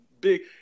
big